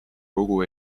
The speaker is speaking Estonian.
kogu